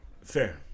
Fair